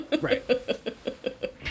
Right